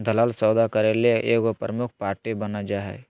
दलाल सौदा करे ले एगो प्रमुख पार्टी बन जा हइ